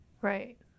Right